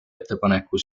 ettepaneku